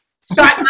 start